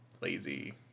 lazy